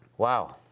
wow,